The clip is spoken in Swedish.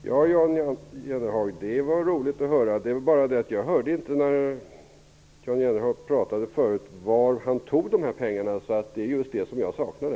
Herr talman! Det var roligt att höra. Jag hörde inte Jan Jennehag säga varifrån dessa pengar skall tas när han talade förut. Det var just det jag saknade.